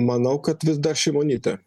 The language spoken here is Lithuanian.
manau kad vis dar šimonytė